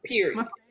Period